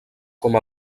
com